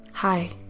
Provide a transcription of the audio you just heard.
Hi